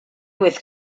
with